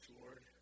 Lord